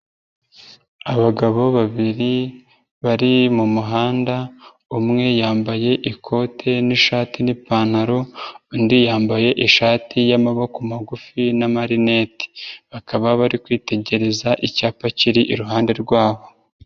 Abagabo babiri bari mu muhanda umwe yambaye ikote n'ishati n'ipantaro, undi yambaye ishati y'amaboko magufi n'amarinete, bakaba bari kwitegereza icyapa kiri iruhande rwabo.